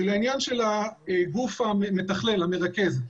היא לעניין הגוף המתכלל והמרכז.